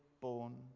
born